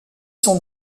son